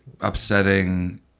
upsetting